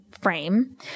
frame